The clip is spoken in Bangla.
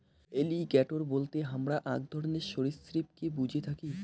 এলিগ্যাটোর বলতে হামরা আক ধরণের সরীসৃপকে বুঝে থাকি